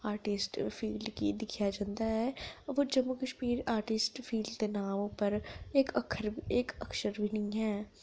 artist field गी दिक्खेआ जंदा ऐ अगर जम्मू कश्मीर आर्टिस्ट फील्ड दे नांऽ उप्पर इक अक्खर इक अक्षर बी निं ऐ